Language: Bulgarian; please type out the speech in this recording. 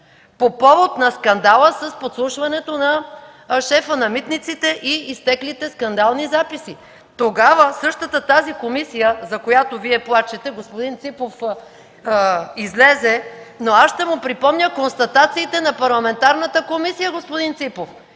по повод на скандала с подслушването на шефа на Митниците и изтеклите скандални записи. Тогава същата тази комисия, за която Вие плачете... Господин Ципов излезе, но аз ще му припомня констатациите на парламентарната комисия. (Народният